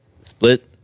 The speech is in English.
split